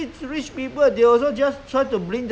at least let them learn how